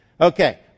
Okay